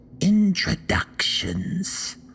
introductions